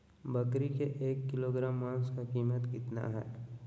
बकरी के एक किलोग्राम मांस का कीमत कितना है?